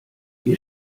wir